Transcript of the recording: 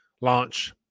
launch